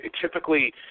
typically